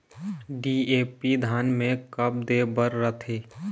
DAP धान मे कब दे बर रथे?